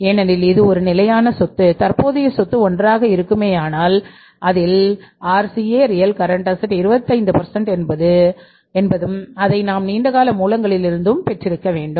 ஏ 25 என்பது அதை நாம் நீண்ட கால மூலங்களிலிருந்து பெற்று இருக்க வேண்டும்